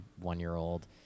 one-year-old